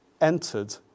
entered